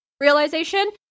realization